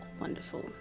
Wonderful